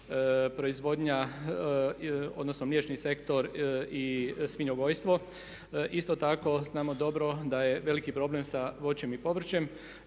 proizvodnja odnosno mliječni sektor i svinjogojstvo. Isto tako znamo dobro da je veliki problem sa voćem i povrćem.